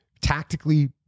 tactically